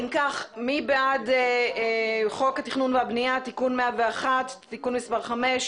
מי בעד חוק התכנון והבנייה (תיקון מס' 101)(תיקון מס' 5),